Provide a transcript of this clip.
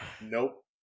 nope